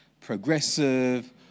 progressive